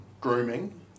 grooming